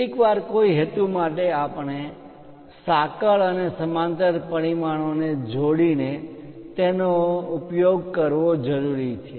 કેટલીકવાર કોઈ હેતુ માટે આપણે સાંકળ અને સમાંતર પરિમાણોને જોડીને તેનો ઉપયોગ કરવો જરૂરી છે